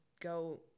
go